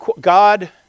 God